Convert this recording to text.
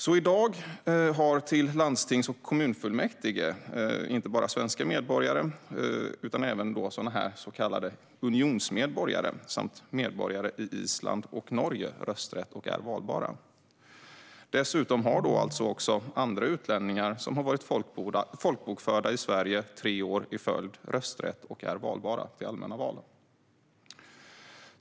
I dag har alltså inte bara svenska medborgare utan även så kallade unionsmedborgare, samt medborgare i Island och Norge, rösträtt och är valbara till landstings och kommunfullmäktige. Dessutom har utlänningar som varit folkbokförda i Sverige i tre år i följd rösträtt och är valbara i allmänna val.